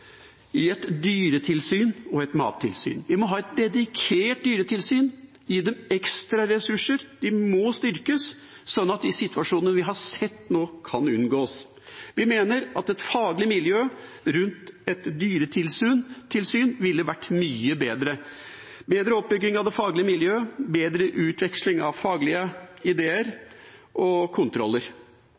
i et dyretilsyn og et mattilsyn. Vi må ha et dedikert dyretilsyn, gi dem ekstra ressurser, de må styrkes sånn at de situasjonene vi har sett nå, kan unngås. Vi mener at et faglig miljø rundt et dyretilsyn ville vært mye bedre: bedre oppbygging av det faglige miljøet, bedre utveksling av faglige ideer og kontroller.